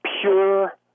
pure